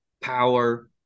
power